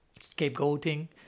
scapegoating